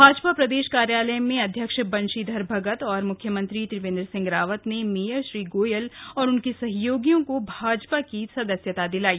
भाजपा प्रदेश कार्यालय में अध्यक्ष बंशीधर भगत और मुख्यमंत्री त्रिवेंद्र सिंह रावत ने मेयर श्री गोयल और उनके सहयोगियों को भाजपा की सदस्यता दिलाई